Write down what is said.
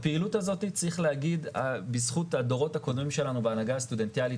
הפעילות הזאת בזכות הדורות הקודמים שלנו בהנהגה הסטודנטיאלי,